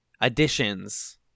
additions